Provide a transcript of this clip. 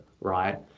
right